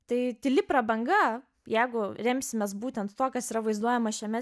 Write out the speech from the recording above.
tai tyli prabanga jeigu remsimės būtent tuo kas yra vaizduojama šiame